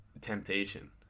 temptation